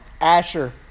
Asher